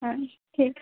হয় ঠিক